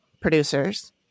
producers